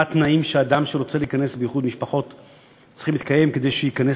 מה התנאים שצריכים להתקיים לגבי אדם שרוצה להיכנס